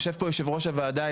יושב פה יושב-ראש הוועדה.